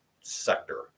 sector